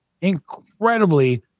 incredibly